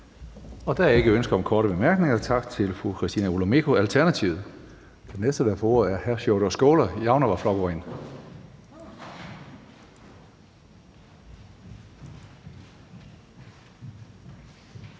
Der er ikke ønske om korte bemærkninger. Tak til fru Christina Olumeko, Alternativet. Den næste, der får ordet, er hr. Sjúrður Skaale, Javnaðarflokkurin.